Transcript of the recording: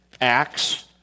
Acts